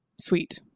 sweet